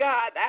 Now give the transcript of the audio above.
God